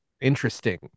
interesting